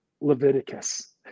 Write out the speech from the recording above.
Leviticus